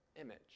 image